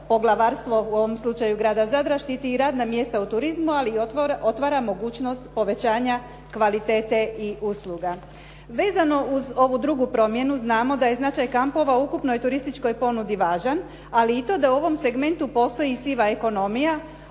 poglavarstvo, u ovom slučaju grada Zadra, štiti i radna mjesta u turizmu, ali i otvara mogućnost povećanja kvalitete i usluga. Vezano uz ovu drugu promjenu, znamo da je značaj kampova u ukupnoj turističkoj ponudi važan, ali i to da u ovom segmentu postoji siva ekonomija,